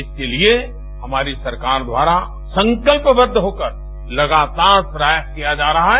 इसलिए हमारी सरकार द्वारा संकल्पबद्ध होकरे लगातार प्रयास किया जा रहा है